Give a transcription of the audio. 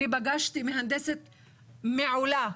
אני פגשתי מהנדסת מעולה,